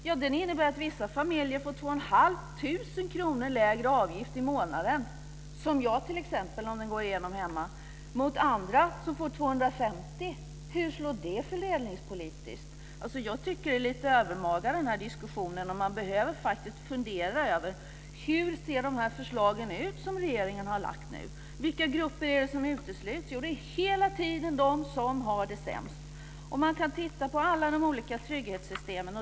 Jo, den innebär att vissa familjer - min, t.ex., om förslaget går igenom hemma - får 2 500 kr lägre avgift i månaden. Andra får 250 kr lägre avgift. Hur slår det fördelningspolitiskt? Jag tycker att denna diskussion är lite övermaga. Man behöver faktiskt fundera över hur de förslag som regeringen har lagt fram ser ut. Vilka grupper är det som utesluts? Jo, det är hela tiden de som har det sämst. Man kan titta på alla de olika trygghetssystemen.